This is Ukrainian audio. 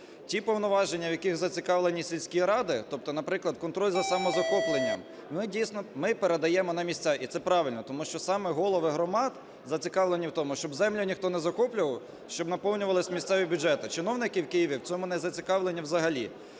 Ті повноваження, в яких зацікавлені сільські ради, тобто, наприклад, контроль за самозахопленням, ми, дійсно, ми передаємо на місця, і це правильно. Тому що саме голови громад зацікавлені в тому, щоб землі ніхто не захоплював, щоб наповнювались місцеві бюджети. Чиновники в Києві в цьому не зацікавлені взагалі.